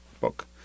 book